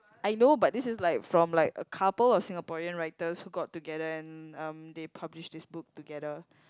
I know but this is like from like a couple of Singaporean writers who got together and um they published this book together